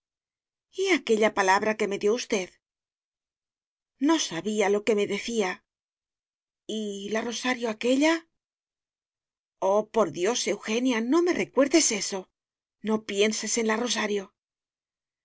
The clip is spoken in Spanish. aquella palabra que me dio usted no sabía lo que me decía y la rosario aquella oh por dios eugenia no me recuerdes eso no pienses en la rosario